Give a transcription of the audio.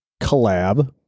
Collab